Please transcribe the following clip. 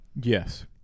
Yes